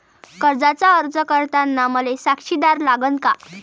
कर्जाचा अर्ज करताना मले साक्षीदार लागन का?